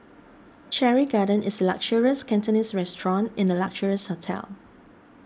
Cherry Garden is a luxurious Cantonese restaurant in a luxurious hotel